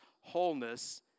wholeness